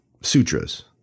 sutras